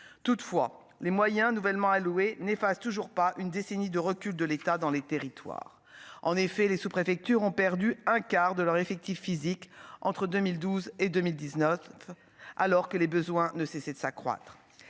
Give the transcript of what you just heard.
toutefois les moyens nouvellement néfastes toujours pas une décennie de recul de l'État dans les territoires, en effet, les sous-préfectures ont perdu un quart de leur effectif physique entre 2012 et 2019 alors que les besoins ne cessent de s'accroître